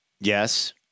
Yes